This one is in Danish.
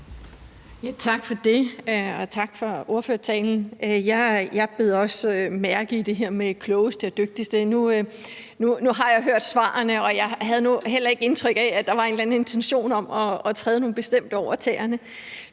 Tak for det. Og tak for ordførertalen. Jeg bed også mærke i det, der blev sagt om de klogeste og de dygtigste. Nu har jeg hørt svarene, og jeg havde nu heller ikke indtryk af, at der var en eller anden intention om at træde nogle bestemte over tæerne.